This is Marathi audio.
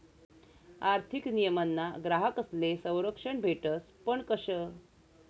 आर्थिक नियमनमा ग्राहकस्ले संरक्षण भेटस पण कशं